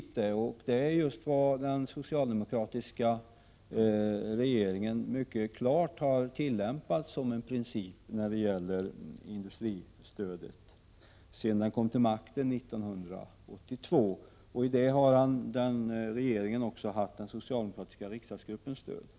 När det gäller industristödet är det just den principen som den socialdemokratiska regeringen mycket tydligt har tillämpat alltsedan den kom till makten 1982. I det avseendet har regeringen fått stöd från den socialdemokratiska riksdagsgruppen.